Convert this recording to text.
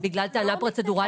בגלל טענה פרוצדורלית?